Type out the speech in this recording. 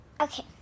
Okay